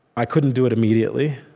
i couldn't do it immediately.